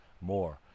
more